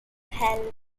hell